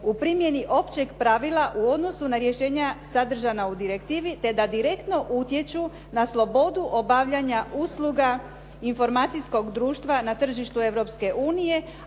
u primjeni općeg pravila u odnosu na rješenja sadržana u direktivi, te da direktno utječu na slobodu obavljanja usluga informacijskog društva na tržištu